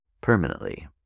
permanently